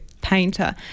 painter